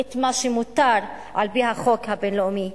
את מה שמותר על-פי החוק הבין-לאומי.